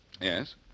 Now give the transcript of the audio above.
Yes